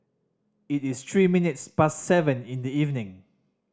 it is three minutes past seven in the evening